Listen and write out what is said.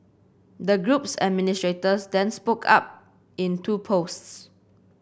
the group's administrators then spoke up in two posts